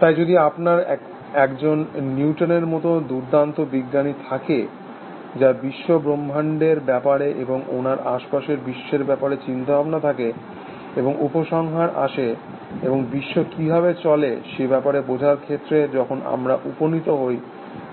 তাই যদি আপনার একজন নিউটনের মতন দুর্দান্ত বিজ্ঞানী থাকে যার বিশ্ব ব্রক্ষ্মান্ডের ব্যাপারে এবং ওনার আশপাশের বিশ্বের ব্যাপারে চিন্তাভাবনা থাকে এবং উপসংহারে আসে এবং বিশ্ব কিভাবে চলে সে ব্যাপারে বোঝার ক্ষেত্রে যখন আমরা উপনীত হই